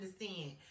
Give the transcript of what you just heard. understand